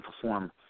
perform